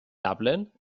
dublin